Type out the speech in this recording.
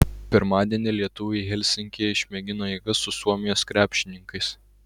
pirmadienį lietuviai helsinkyje išmėgino jėgas su suomijos krepšininkais